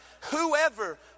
whoever